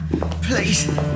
Please